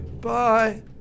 bye